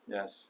Yes